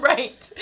Right